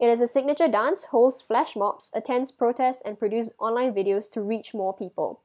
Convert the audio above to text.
it is a signature dance holds flash mobs attends protest and produce online videos to reach more people